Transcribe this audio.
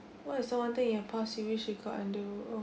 what is the one thing in the past you wish you could undo